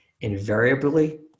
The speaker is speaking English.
Invariably